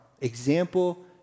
example